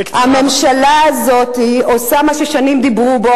הממשלה הזאת עושה מה ששנים דיברו בו,